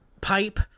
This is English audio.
pipe